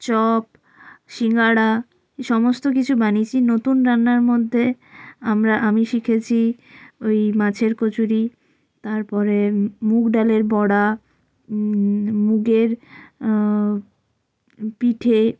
chop singara সমস্ত কিছু বানিয়েছি নতুন রান্নার মধ্যে আমরা আমি শিখেছি ওই মাছের কচুরি তারপরে মুগডালের বড়া মুগের পিঠে